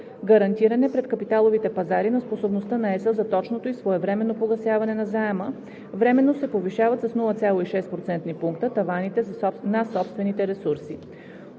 гарантиране пред капиталовите пазари на способността на ЕС за точното и своевременно погасяване на заема временно се повишават с 0,6 процентни пункта таваните на собствените ресурси.